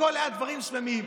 הכול היה דברים שמימיים.